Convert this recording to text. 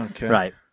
Right